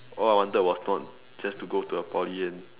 all I wanted was not just to go into a poly and